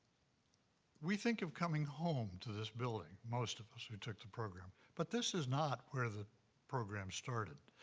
we think of coming home to this building, most of us who took the program, but this is not where the program started.